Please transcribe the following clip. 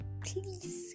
Please